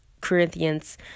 Corinthians